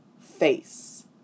face